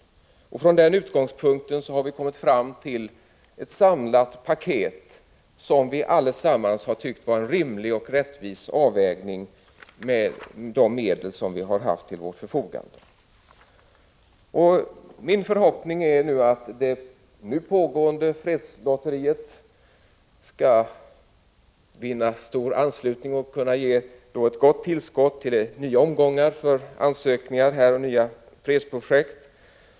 Från den utgångspunkten har vi kommit fram till ett samlat paket som vi allesammans har tyckt vara en rimlig och rättvis avvägning med hänsyn till de medel som vi har haft till förfogande. Min förhoppning är att det nu pågående fredslotteriet skall vinna stor anslutning och kunna ge ett gott tillskott till nya omgångar av ansökningar och nya fredsprojekt.